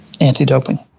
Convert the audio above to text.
anti-doping